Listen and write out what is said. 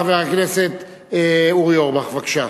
חבר הכנסת אורי אורבך, בבקשה.